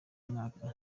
mwaka